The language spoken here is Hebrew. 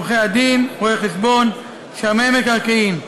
עורכי-הדין, רואי-חשבון, שמאי מקרקעין.